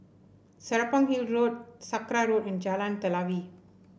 Serapong Hill Road Sakra Road and Jalan Telawi